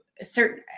certain